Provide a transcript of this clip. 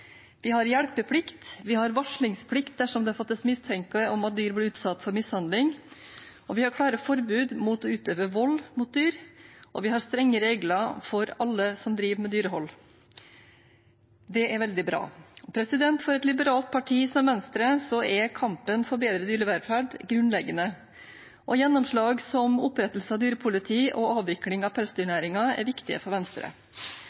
Vi har hjelpeplikt, vi har varslingsplikt dersom det fattes mistanke om at dyr blir utsatt for mishandling, vi har klare forbud mot å utøve vold mot dyr, og vi har strenge regler for alle som driver med dyrehold. Det er veldig bra. For et liberalt parti som Venstre er kampen for bedre dyrevelferd grunnleggende, og gjennomslag som opprettelse av dyrepoliti og avvikling av pelsdyrnæringen er viktig for Venstre.